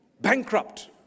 bankrupt